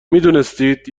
میدونستید